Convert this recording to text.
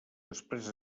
després